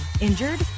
Injured